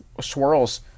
swirls